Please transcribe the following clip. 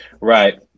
Right